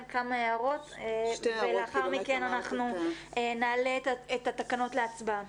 כמה הערות ולאחר מכן אנחנו נעלה את התקנות להצבעה.